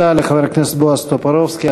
תודה לחבר הכנסת בועז טופורובסקי.